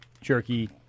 jerky